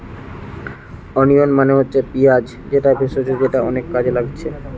onion মানে হচ্ছে পিঁয়াজ যেটা ভেষজ যেটা অনেক কাজে লাগছে